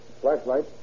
Flashlight